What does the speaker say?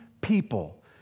people